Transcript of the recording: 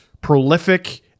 prolific